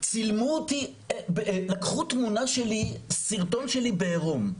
שצילמו אותה, שלקחו תמונה שלה, סרטון שלה בעירום,